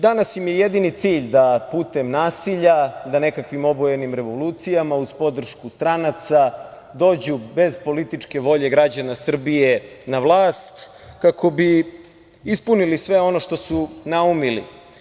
Danas im je jedini cilj da putem nasilja, da nekakvim obojenim revolucijama uz podršku stranaca dođu bez političke volje građana Srbije na vlast, kako bi ispunili sve ono što su naumili.